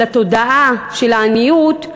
של התודעה של העניות,